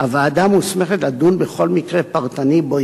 הוועדה מוסמכת לדון בכל מקרה פרטני שבו